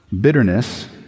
Bitterness